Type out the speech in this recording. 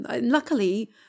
luckily